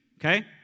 Okay